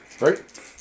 Right